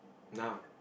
now